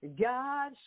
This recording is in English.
God